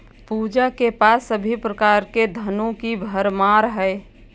पूजा के पास सभी प्रकार के धनों की भरमार है